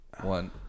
one